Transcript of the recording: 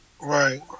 right